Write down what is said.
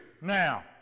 Now